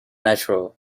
natural